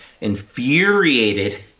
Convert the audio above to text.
infuriated